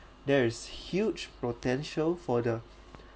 there is huge potential for the